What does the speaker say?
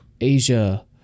Asia